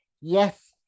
yes